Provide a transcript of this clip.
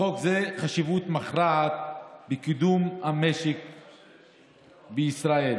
לחוק זה חשיבות מכרעת בקידום המשק בישראל.